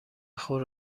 خود